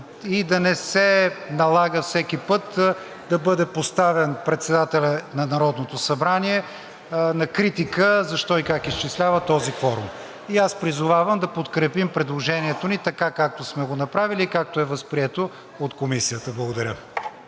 и да не се налага всеки път да бъде поставян председателят на Народното събрание на критика защо и как изчислява този кворум. И аз призовавам да подкрепим предложението ни така, както сме го направили и както е възприето от Комисията. Благодаря.